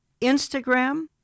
instagram